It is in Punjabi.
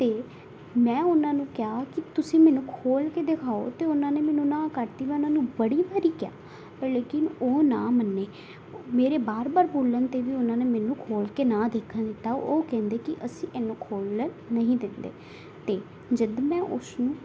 ਅਤੇ ਮੈਂ ਉਨ੍ਹਾਂ ਨੂੰ ਕਿਹਾ ਕਿ ਤੁਸੀਂ ਮੈਨੂੰ ਖੋਲ੍ਹ ਕੇ ਦਿਖਾਓ ਤਾਂ ਉਨ੍ਹਾਂ ਨੇ ਮੈਨੂੰ ਨਾ ਕਰ ਤੀ ਮੈਂ ਉਨ੍ਹਾਂ ਨੂੰ ਬੜੀ ਵਾਰੀ ਕਿਹਾ ਪਰ ਲੇਕਿਨ ਉਹ ਨਾ ਮੰਨੇ ਮੇਰੇ ਵਾਰ ਵਾਰ ਬੋਲਣ 'ਤੇ ਵੀ ਉਨ੍ਹਾਂ ਨੇ ਮੈਨੂੰ ਖੋਲ੍ਹ ਕੇ ਨਾ ਦੇਖਣ ਦਿੱਤਾ ਉਹ ਕਹਿੰਦੇ ਕਿ ਅਸੀਂ ਇਹਨੂੰ ਖੋਲ੍ਹਣ ਨਹੀਂ ਦਿੰਦੇ ਅਤੇ ਜਦੋਂ ਮੈਂ ਉਸ ਨੂੰ